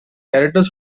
characters